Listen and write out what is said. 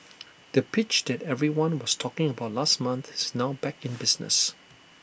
the pitch that everyone was talking about last month is now back in business